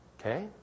Okay